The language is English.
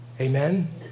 Amen